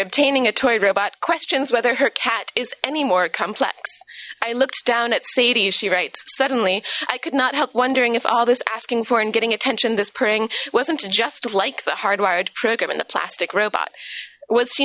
obtaining a toy robot questions whether her cat is any more complex i looked down at sadie's she writes suddenly i could not help wondering if all this asking for and getting attention this praying wasn't just like the hardwired program in the plaster robot was s